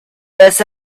this